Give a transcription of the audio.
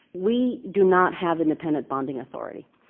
we do not have independent bonding authority.